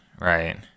right